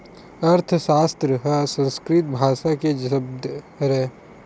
अर्थसास्त्र ह संस्कृत भासा के सब्द हरय